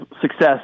success